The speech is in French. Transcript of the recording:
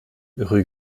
rue